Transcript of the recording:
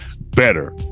better